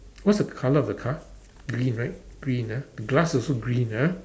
what's the colour of the car green right green ah the glass also green ah